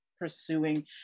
pursuing